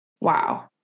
wow